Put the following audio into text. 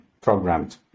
programmed